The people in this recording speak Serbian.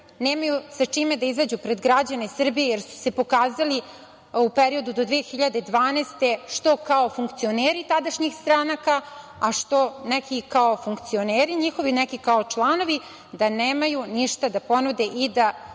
nemaju sa čime da izađu pred građane Srbije, jer su se pokazali u periodu do 2012. što kao funkcioneri tadašnjih stranaka, a što neki kao funkcioneri njihovi, neki kao članovi, da nemaju ništa da ponude i da